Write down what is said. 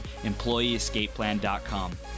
EmployeeEscapePlan.com